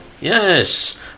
Yes